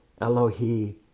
Elohi